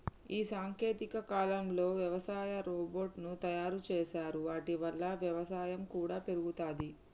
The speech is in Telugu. ఈ సాంకేతిక కాలంలో వ్యవసాయ రోబోట్ ను తయారు చేశారు వాటి వల్ల వ్యవసాయం కూడా పెరుగుతది